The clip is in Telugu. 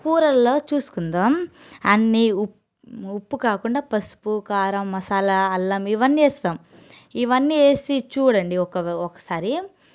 కూరల్లో చూసుకుందాం అన్ని ఉప్పు కాకుండా పసుపు కారం మసాలా అల్లం ఇవన్నీ వేస్తాం ఇవన్నీ వేసి చూడండి ఒక ఒకసారి